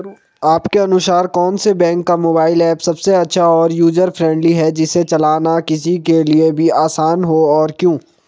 आपके अनुसार कौन से बैंक का मोबाइल ऐप सबसे अच्छा और यूजर फ्रेंडली है जिसे चलाना किसी के लिए भी आसान हो और क्यों?